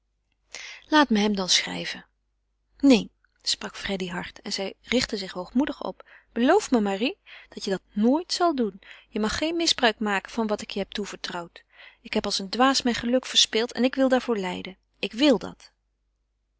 laat me hem dan schrijven neen sprak freddy hard en zij richtte zich hoogmoedig op beloof me marie dat je dat nooit zal doen je mag geen misbruik maken van wat ik je heb toevertrouwd ik heb als een dwaas mijn geluk verspeeld en ik wil daarvoor lijden ik wil dat